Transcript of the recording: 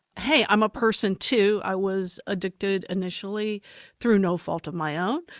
hey, i'm a person too. i was addicted initially through no fault of my own,